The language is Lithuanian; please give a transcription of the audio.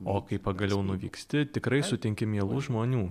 o kai pagaliau nuvyksti tikrai sutinki mielų žmonių